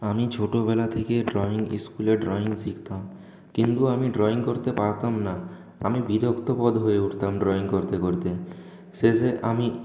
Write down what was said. আমি ছোটোবেলা থেকে ড্রয়িং স্কুলে ড্রয়িং শিখতাম কিন্তু আমি ড্রয়িং করতে পারতাম না আমি বিরক্তবোধ হয়ে উঠতাম ড্রয়িং করতে করতে শেষে আমি